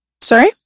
Sorry